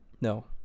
No